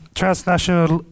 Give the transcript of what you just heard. transnational